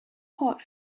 hot